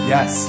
Yes